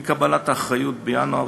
עם קבלת האחריות בינואר,